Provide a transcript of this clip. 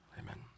Amen